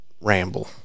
Ramble